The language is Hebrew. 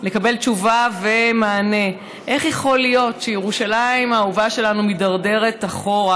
לקבל תשובה ומענה: איך יכול להיות שירושלים האהובה שלנו מידרדרת אחורה,